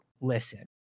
listen